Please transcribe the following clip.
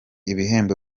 ibihembo